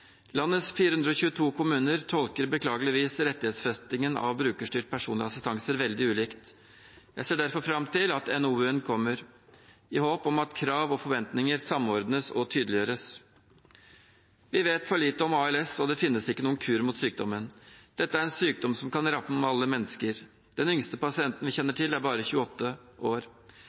Landets 422 kommuner tolker beklageligvis rettighetsfestingen av brukerstyrt personlig assistanse veldig ulikt. Jeg ser derfor fram til at NOU-en kommer, i håp om at krav og forventninger samordnes og tydeliggjøres. Vi vet for lite om ALS, og det finnes ikke noen kur mot sykdommen. Dette er en sykdom som kan ramme alle mennesker. Den yngste pasienten vi kjenner til, er bare 28 år.